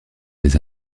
des